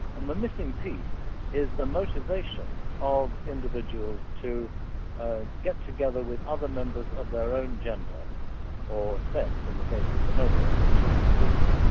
and the missing piece is the motivation of individual to ah get together with other members of their own gender or sex in the case of bonobos and chimpanzees